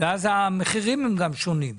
המחירים הם שונים,